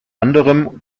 anderem